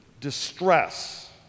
distress